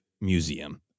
museum